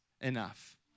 enough